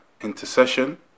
intercession